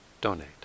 donate